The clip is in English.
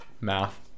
math